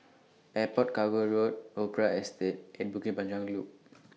Airport Cargo Road Opera Estate and Bukit Panjang Loop